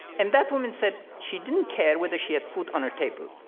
and that woman said she didn't care whether she had food on her table.